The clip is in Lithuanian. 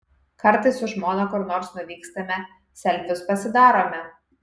kartais su žmona kur nors nuvykstame selfius pasidarome